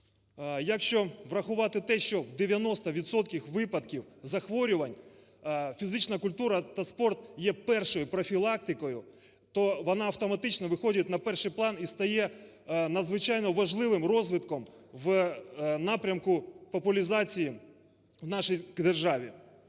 Якщо врахувати те, що в 90 відсотках випадків захворювань фізична культура та спорт є першою профілактикою, то вона автоматично виходить на перший план і стає надзвичайно важливим розвитком у напрямку популяризації в нашій державі.